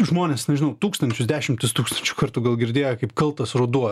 žmonės nežinau tūkstančius dešimtis tūkstančių kartų girdėję kaip kaltas ruduo